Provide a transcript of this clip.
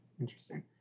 interesting